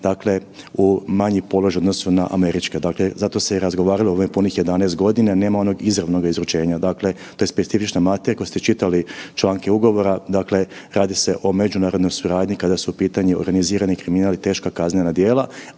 državljane u manji položaj u odnosu na američke, zato se i razgovaralo ovih punih 11 godina, nema onog izravnog izručenja. To je specifična materija i ako ste čitali članke ugovora radi se o međunarodnoj suradnji kada su u pitanju organizirani kriminal i teška kaznena djela,